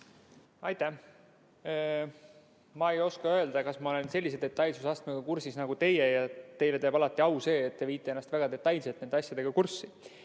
Aitäh! Ma ei oska öelda, kas ma olen sellise detailsusastmega kursis nagu teie. Teile teeb alati au see, et te viite ennast väga detailselt nende asjadega kurssi.